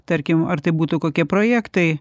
tarkim ar tai būtų kokie projektai